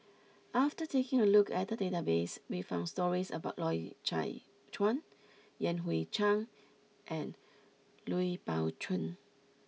after taking a look at the database we found stories about Loy Chye Chuan Yan Hui Chang and Lui Pao Chuen